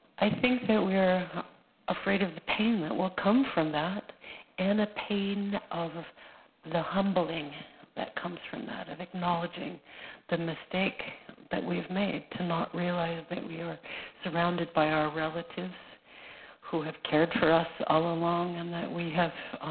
i think that we're afraid of the pain that will come from that and a pain of the humbling that comes from that, of acknowledging the mistake that we've made. to not realize that we are surrounded by our relatives who have cared for us all along, and that we have